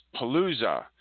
Palooza